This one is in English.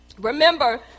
Remember